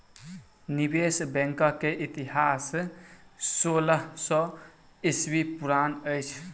निवेश बैंकक इतिहास सोलह सौ ईस्वी पुरान अछि